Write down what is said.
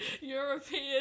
European